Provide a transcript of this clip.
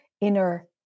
inner